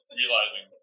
realizing